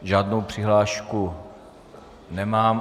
Žádnou přihlášku nemám.